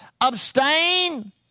abstain